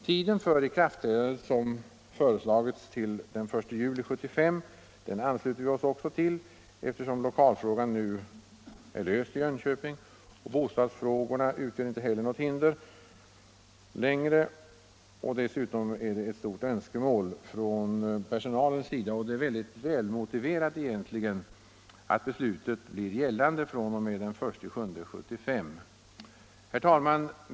Tiden för ikraftträdandet, som föreslagits till den 1 juli 1975, ansluter vi oss till, eftersom lokalfrågan nu är löst i Jönköping. Bostadsfrågorna utgör inte heller något hinder längre. Dessutom är det ett starkt önskemål från personalens sida — och det är egentligen mycket välmotiverat — att beslutet blir gällande fr.o.m. den 1 juli 1975. Herr talman!